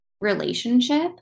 relationship